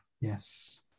Yes